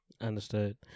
understood